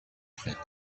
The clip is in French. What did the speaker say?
frênes